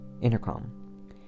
Intercom